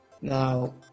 now